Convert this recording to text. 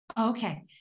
Okay